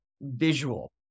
visual